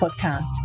Podcast